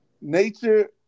Nature